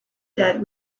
dead